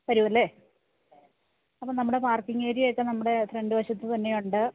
വരുമല്ലേ അപ്പം നമ്മുടെ പാര്ക്കിംഗ് ഏരിയയൊക്കെ നമ്മുടെ ഫ്രണ്ട് വശത്ത് തന്നെ ഉണ്ട്